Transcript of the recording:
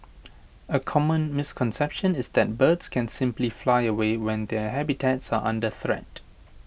A common misconception is that birds can simply fly away when their habitats are under threat